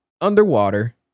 Underwater